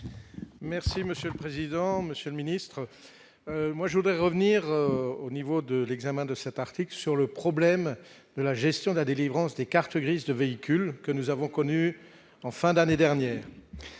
Merci monsieur le président, Monsieur le ministre, moi je voudrais revenir au niveau de l'examen de cet article sur le problème de la gestion de la délivrance des cartes grises de véhicules que nous avons connu en fin d'année dernière,